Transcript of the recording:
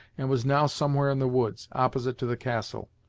and was now somewhere in the woods, opposite to the castle,